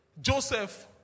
Joseph